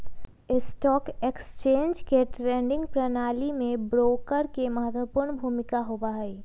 stock exchange के trading प्रणाली में ब्रोकर के महत्वपूर्ण भूमिका होबा हई